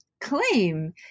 claim